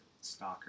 stalker